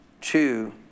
two